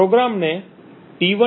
પ્રોગ્રામને t1